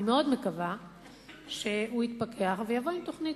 אני מאוד מקווה שהוא יתפכח ויבוא עם תוכנית.